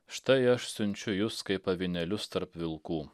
štai aš siunčiu jus kaip avinėlius tarp vilkų